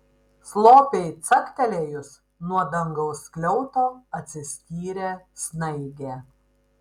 slopiai caktelėjus nuo dangaus skliauto atsiskyrė snaigė